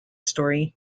story